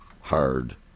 hard